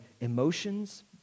emotions